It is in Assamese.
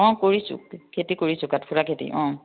অঁ কৰিছোঁ খেতি কৰিছোঁ কাঠফুলা খেতি অঁ